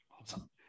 Awesome